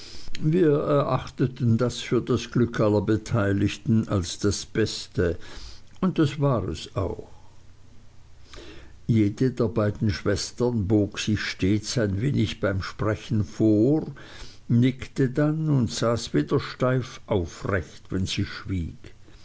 wir erachteten das für das glück aller beteiligten als das beste und das war es auch jede der beiden schwestern bog sich stets ein wenig beim sprechen vor nickte dann und saß wieder steif aufrecht wenn sie schwieg